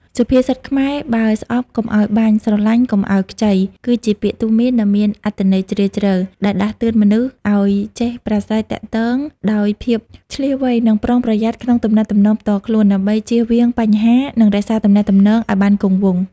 សុភាសិតខ្មែរ"បើស្អប់កុំឲ្យបាញ់ ស្រឡាញ់កុំឲ្យខ្ចី" គឺជាពាក្យទូន្មានដ៏មានអត្ថន័យជ្រាលជ្រៅ ដែលដាស់តឿនមនុស្សឲ្យចេះប្រាស្រ័យទាក់ទងដោយភាពឈ្លាសវៃ និងប្រុងប្រយ័ត្នក្នុងទំនាក់ទំនងផ្ទាល់ខ្លួន ដើម្បីជៀសវាងបញ្ហា និងរក្សាទំនាក់ទំនងឲ្យបានគង់វង្ស។